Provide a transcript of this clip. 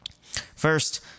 first